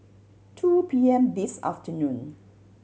two P M this afternoon